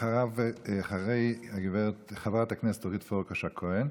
אחרי חברת הכנסת אורית פרקש הכהן,